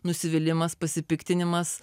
nusivylimas pasipiktinimas